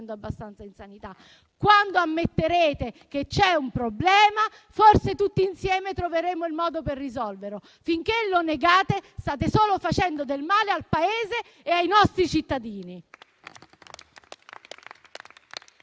abbastanza in sanità. Quando ammetterete che c'è un problema, forse tutti insieme troveremo il modo per risolverlo. Finché lo negate, state solo facendo del male al Paese e ai nostri cittadini.